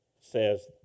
says